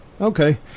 Okay